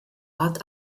art